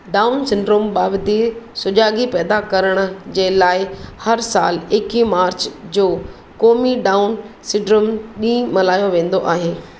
down syndrome बाबति सुजाॻी पैदा करण जे लाइ हर साल एकीह मार्च जो क़ौमी डाउन सिंड्रोम ॾींहुं मल्हायो वेंदो आहे